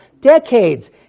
decades